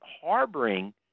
harboring